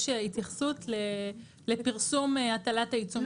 התייחסות לפרסום הטלת העיצום הכספי.